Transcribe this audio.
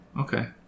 okay